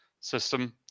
system